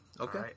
Okay